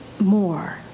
more